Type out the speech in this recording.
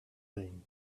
thing